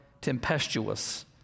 tempestuous